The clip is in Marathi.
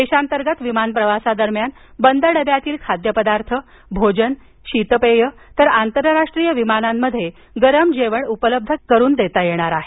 देशांतर्गत विमान प्रवासादरम्यान बंद डब्यातील खाद्यपदार्थ भोजन आणि शीतपेये तर आंतरराष्ट्रीय विमानांमध्ये गरम जेवण उपलब्ध करून दिलं जाऊ शकणार आहे